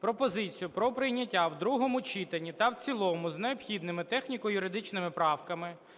пропозицію про прийняття в другому читанні та в цілому з необхідними техніко-юридичними правками